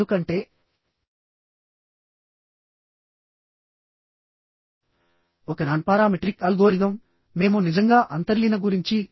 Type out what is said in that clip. ఎందుకంటే ఇది compression member కనుక